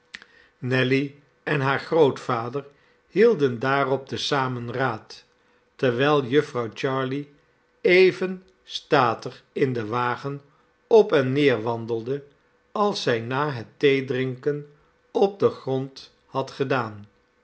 nelly en haar grootvader hielden daarop te zamen raad terwijl jufvrouw jarley even statig in den wagen op en neer wandelde als zij na het theedrinken op den grond had gedaan